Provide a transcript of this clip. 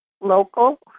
local